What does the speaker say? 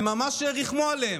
הם ממש ריחמו עליהם.